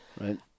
Right